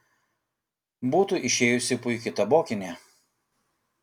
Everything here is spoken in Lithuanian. būtų išėjusi puiki tabokinė